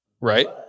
right